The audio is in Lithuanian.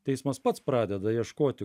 teismas pats pradeda ieškoti